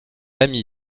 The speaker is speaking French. ami